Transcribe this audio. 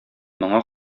моңа